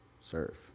serve